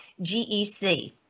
GEC